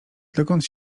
dokąd